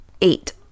eight